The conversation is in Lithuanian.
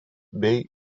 bei